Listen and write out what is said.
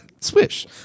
swish